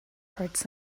hurts